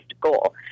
goal –